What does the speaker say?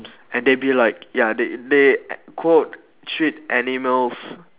and they be like ya they they quote treat animals